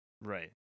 Right